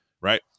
Right